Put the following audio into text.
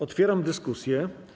Otwieram dyskusję.